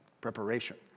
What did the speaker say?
Preparation